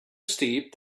steep